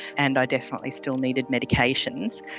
and i definitely still needed medications.